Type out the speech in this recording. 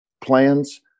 plans